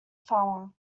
farmer